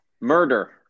Murder